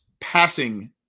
passing